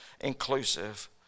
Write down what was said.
inclusive